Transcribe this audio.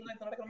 No